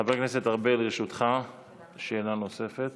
חבר הכנסת ארבל, לרשותך שאלה נוספת.